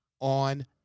on